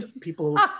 people